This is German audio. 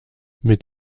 mit